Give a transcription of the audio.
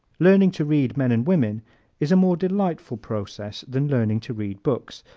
learning to read men and women is a more delightful process than learning to read books,